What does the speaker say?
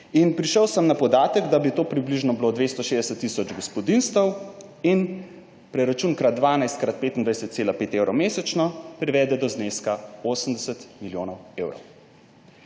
prišel sem na podatek, da bi to približno bilo 260 tisoč gospodinjstev in preračun krat 12 krat 25,5 evra mesečno privede do zneska 80 milijonov evrov.